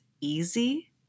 easy